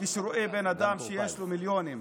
שיש לו מיליונים,